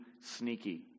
sneaky